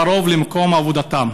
קרוב למקום עבודתם.